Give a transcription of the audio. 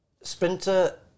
sprinter